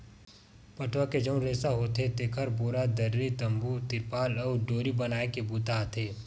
पटवा के जउन रेसा होथे तेखर बोरा, दरी, तम्बू, तिरपार अउ डोरी बनाए के बूता आथे